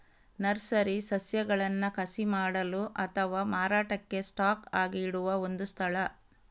nursery ಸಸ್ಯಗಳನ್ನ ಕಸಿ ಮಾಡಲು ಅಥವಾ ಮಾರಾಟಕ್ಕೆ ಸ್ಟಾಕ್ ಆಗಿ ಇಡುವ ಒಂದು ಸ್ಥಳ